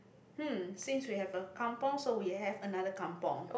hmm since we have a kampung so we have another kampung